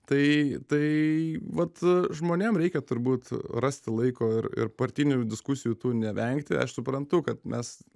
tai tai vat žmonėm reikia turbūt rasti laiko ir ir partinių diskusijų tų nevengti aš suprantu kad mes